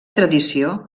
tradició